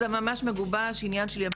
זה ממש מגובש ועניין של ימים.